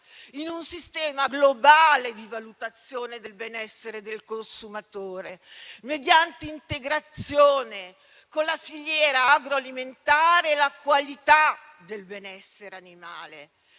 in un sistema globale di valutazione del benessere del consumatore mediante integrazione con la filiera agroalimentare e la qualità del benessere animale,